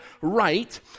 right